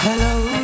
Hello